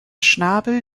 schnabel